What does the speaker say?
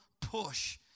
push